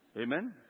Amen